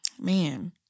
Man